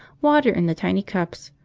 water in the tiny cups,